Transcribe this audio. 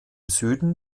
süden